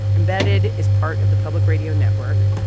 embedded is part of the public radio network.